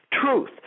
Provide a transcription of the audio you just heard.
truth